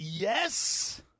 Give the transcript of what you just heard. Yes